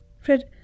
Fred